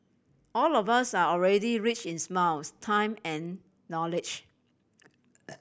all of us are already rich in smiles time and knowledge